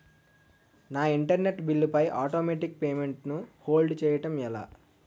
నా internet bill పై automatic payment ను హోల్డ్ చేయటం ఎలా?